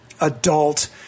adult